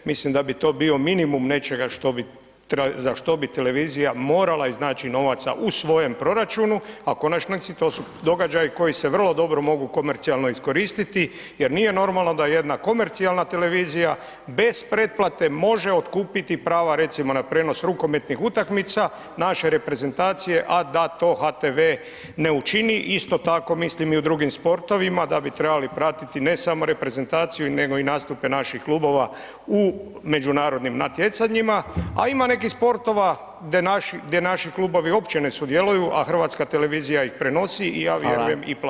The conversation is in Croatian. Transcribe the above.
Mislim da bi to bio minimum nečega za što bi televizija morala iznaći novaca u svojem proračunu, a u konačnici to su događaji koji se vrlo dobro mogu komercijalno iskoristiti jer nije normalno da jedan komercijalna televizija bez pretplate može otkupiti prava recimo na prijenos rukomentnih utakmica naše reprezentacije, a da to HTV ne učini isto tako mislim i u drugim sportovima da bi trebali pratiti ne samo reprezentaciju nego i nastupe naših klubova u međunarodnim natjecanjima, a ima nekih sportova gdje naši klubovi uopće ne sudjeluju, a HRT ih prenosi i ja vjerujem i plaća.